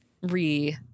re